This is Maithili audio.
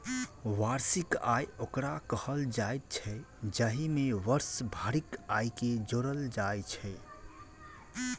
वार्षिक आय ओकरा कहल जाइत छै, जाहि मे वर्ष भरिक आयके जोड़ल जाइत छै